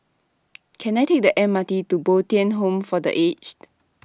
Can I Take The M R T to Bo Tien Home For The Aged